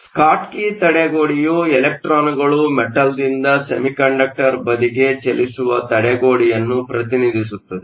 Schottky ತಡೆಗೋಡೆಯು ಇಲೆಕ್ಟ್ರಾನ್ಗಳು ಮೆಟಲ್ದಿಂದ ಸೆಮಿಕಂಡಕ್ಟರ್ ಬದಿಗೆ ಚಲಿಸುವ ತಡೆಗೋಡೆಯನ್ನು ಪ್ರತಿನಿಧಿಸುತ್ತದೆ